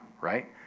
right